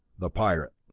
the pirate